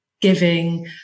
giving